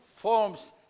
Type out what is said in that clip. forms